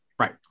Right